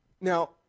Now